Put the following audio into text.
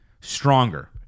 stronger